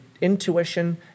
intuition